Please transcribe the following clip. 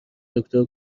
دکتر